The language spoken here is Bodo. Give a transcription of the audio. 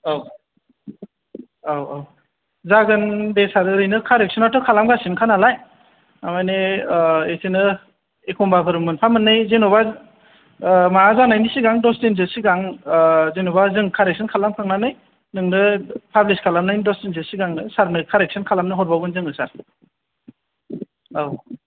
औ औ औ दा जों दे सार ओरैनो खारेखसनाथ' खालामगासिनोखा नालाय माने बेखौनो एखनबाफोर मोनफा मोननै जेन'बा माबा जानायनि सिगां दसदिनसो सिगां जेन'बा जों खारेखसन खालाम खांनानै नोंनो फाब्लिस खालामनायनि दसदिनसो सिगांनो सारनो खारेखसन खालामनो हरबानगोन जोङो सार औ